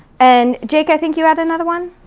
and, jake, i think you had another one?